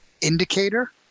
indicator